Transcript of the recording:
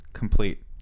Complete